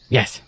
Yes